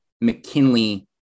McKinley